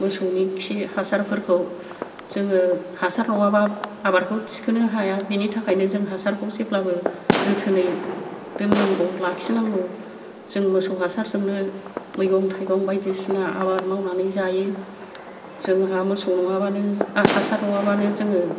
मोसौनि खि हासारफोरखौ जोङो हासार नङाबा आबादखौ थिखोनो हाया बेनि थाखायनो जों हासारखौ जेब्लाबो जोथोनै दोननांगौ लाखि नांगौ जों मोसौ हासार जोंनो मैगं थाइगं बायदि सिना आबाद मावनानै जायो जोंहा मोसौ नङाबानो हासार नङाबानो जोङो